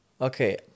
Okay